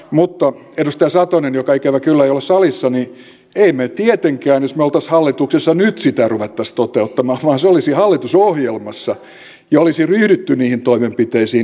mutta edustaja satonen joka ikävä kyllä ei ole salissa emme me tietenkään jos me olisimme hallituksessa nyt sitä ruvettaisi toteuttamaan vaan se olisi hallitusohjelmassa ja olisi ryhdytty niihin toimenpiteisiin